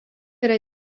yra